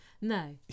No